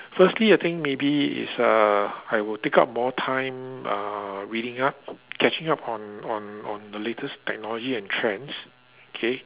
firstly I think maybe is uh I will take up more time uh reading up catching up on on on the latest technology and trends okay